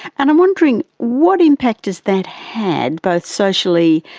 and i'm wondering, what impact has that had both socially,